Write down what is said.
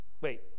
wait